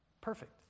Perfect